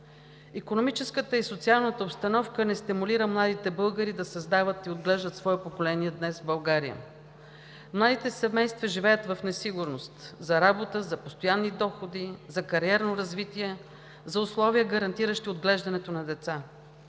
Икономическата и социалната обстановка не стимулира младите българи да създават и отглеждат свое поколение днес в България. Младите семейства живеят в несигурност за работа, за постоянни доходи, за кариерно развитие, за условия, гарантиращи отглеждането на деца.